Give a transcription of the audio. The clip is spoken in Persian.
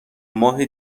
ماه